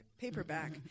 paperback